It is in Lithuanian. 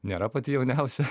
nėra pati jauniausia